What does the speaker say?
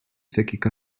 dakika